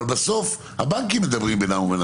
אבל בסוף הבנקים מדברים בינם ובין עצמם.